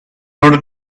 order